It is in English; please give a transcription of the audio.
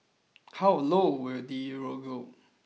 how low will the Euro go